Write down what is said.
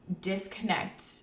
disconnect